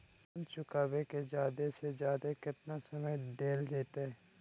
Loan चुकाबे के जादे से जादे केतना समय डेल जयते?